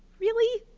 really?